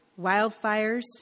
wildfires